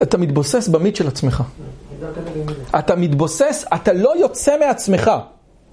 אתה מתבוסס במיץ של עצמך. אתה מתבוסס, אתה לא יוצא מעצמך.